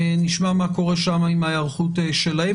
נשמע מה קורה שם עם ההיערכות שלהם.